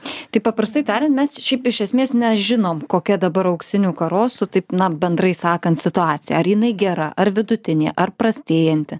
tai paprastai tariant mes šiaip iš esmės nežinom kokia dabar auksinių karosų taip na bendrai sakant situacija ar jinai gera ar vidutinė ar prastėjanti